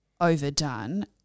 overdone